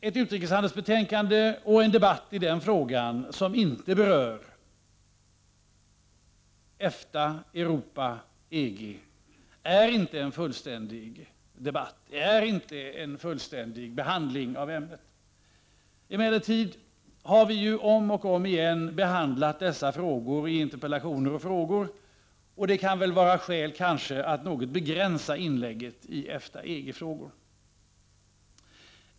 Ett utrikeshandelsbetänkande och en debatt om utrikeshandel som inte berör EFTA, Europa och EG är inte en fullständig debatt och är inte en fullständig behandling av ämnet. Emellertid har vi om och om igen behandlat dessa spörsmål i interpellationer och frågor. Det kan därför vara skäl för mig att något begränsa inlägget i EFTA-EG-frågorna.